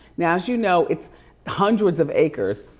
now as you know it's hundreds of acres.